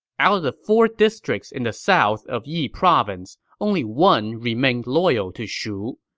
out of the four districts in the south of yi province, only one remained loyal to shu.